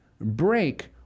break